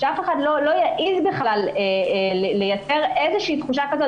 שאף אחד לא יעז לייצר איזושהי תחושה כזאת,